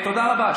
תודה רבה.